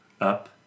Up